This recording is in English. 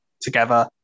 together